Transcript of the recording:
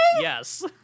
Yes